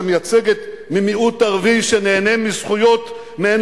שמייצגת מיעוט ערבי שנהנה מזכויות שמהן